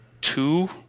two